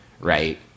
right